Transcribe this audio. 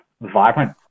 vibrant